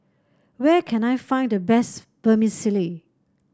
where can I find the best Vermicelli